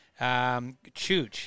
Chooch